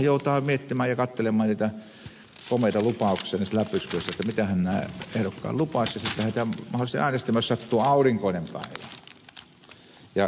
silloinhan joutaa miettimään ja katselemaan niitä komeita lupauksia niistä läpysköistä että mitähän nämä ehdokkaat lupasivat ja sitten lähdetään mahdollisesti äänestämään jos sattuu aurinkoinen päivä